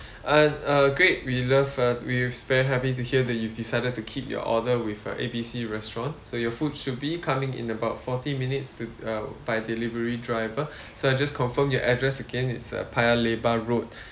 and uh great we love uh we very happy to hear that you've decided to keep your order with uh A B C restaurant so your food should be coming in about forty minutes to uh by delivery driver so I just confirm your address again it's uh paya lebar road